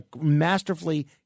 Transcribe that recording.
masterfully